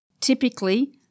Typically